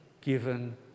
given